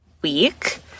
week